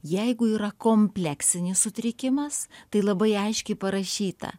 jeigu yra kompleksinis sutrikimas tai labai aiškiai parašyta